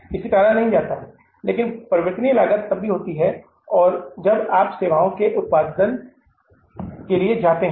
इसे टाला नहीं जा सकता लेकिन परिवर्तनीय लागत तभी होती है जब आप सेवाओं के उत्पादन के लिए जाते हैं